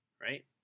right